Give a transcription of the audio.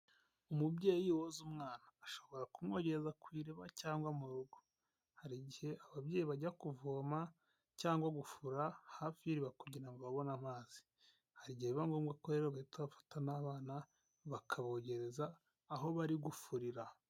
Umubyeyi woza umwana ashobora kumwogeza ku iriba cyangwa mu rugo, hari igihe ababyeyi bajya kuvoma cyangwa gufura hafi y'iriba kugira ngo babone amazi, hari igihe biba ngombwa ko rero bahita bafata n'abana, bakabogereza aho bari gufurira.